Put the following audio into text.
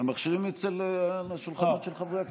המכשירים על השולחנות של חברי הכנסת.